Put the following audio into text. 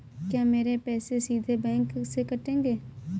क्या मेरे पैसे सीधे बैंक से कटेंगे?